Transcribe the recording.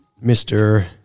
Mr